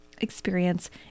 experience